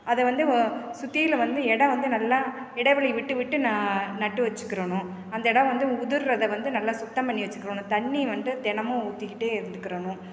அதை வந்து வ சுத்தியில வந்து இடம் வந்து நல்லா இடவெளி விட்டு விட்டு நா நட்டு வச்சிக்கிறணும் அந்த இடம் வந்து உதிர்றதை வந்து நல்லா சுத்தம் பண்ணி வச்சிக்கிறணும் தண்ணி வந்து தினமும் ஊத்திக்கிட்டே இருந்துக்கிடணும்